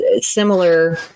similar